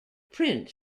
print